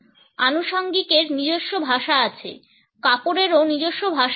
আনুষাঙ্গিকের নিজস্ব ভাষা আছে কাপড়েরও নিজস্ব ভাষা আছে